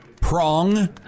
Prong